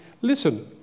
listen